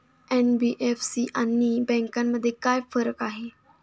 NBFC आणि बँकांमध्ये काय फरक आहे?